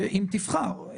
אם תבחר,